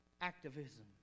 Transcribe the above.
activism